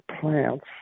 plants